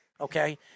Okay